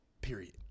period